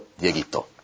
dieguito